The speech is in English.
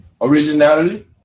originality